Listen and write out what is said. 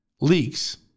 leaks